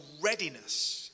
readiness